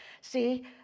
see